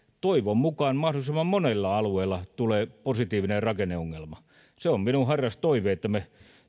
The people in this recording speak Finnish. toivon mukaan mahdollisimman monella alueella tulee positiivinen rakenneongelma se on minun harras toiveeni että me